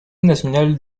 national